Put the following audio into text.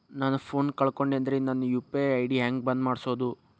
ನನ್ನ ಫೋನ್ ಕಳಕೊಂಡೆನ್ರೇ ನನ್ ಯು.ಪಿ.ಐ ಐ.ಡಿ ಹೆಂಗ್ ಬಂದ್ ಮಾಡ್ಸೋದು?